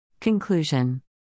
Conclusion